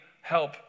help